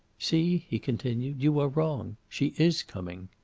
see, he continued, you are wrong she is coming.